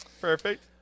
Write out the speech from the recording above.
Perfect